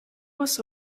was